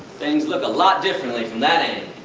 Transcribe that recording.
things look a lot differently from that and